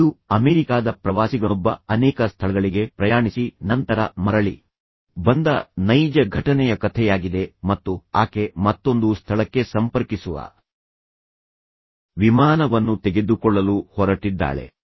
ಇದು ಅಮೆರಿಕಾದ ಪ್ರವಾಸಿಗನೊಬ್ಬ ಅನೇಕ ಸ್ಥಳಗಳಿಗೆ ಪ್ರಯಾಣಿಸಿ ನಂತರ ಮರಳಿ ಬಂದ ನೈಜ ಘಟನೆಯ ಕಥೆಯಾಗಿದೆ ಮತ್ತು ಆಕೆ ಮತ್ತೊಂದು ಸ್ಥಳಕ್ಕೆ ಸಂಪರ್ಕಿಸುವ ವಿಮಾನವನ್ನು ತೆಗೆದುಕೊಳ್ಳಲು ಹೊರಟಿದ್ದಾಳೆ